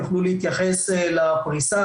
יוכלו להתייחס לפריסה,